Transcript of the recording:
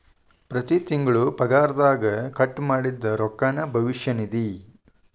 ಪ್ರತಿ ತಿಂಗಳು ಪಗಾರದಗ ಕಟ್ ಮಾಡಿದ್ದ ರೊಕ್ಕಾನ ಭವಿಷ್ಯ ನಿಧಿ